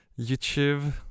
YouTube